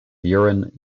urine